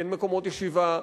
כי אין מקומות ישיבה,